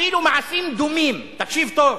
אפילו מעשים דומים, תקשיב טוב,